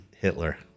Hitler